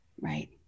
Right